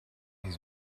his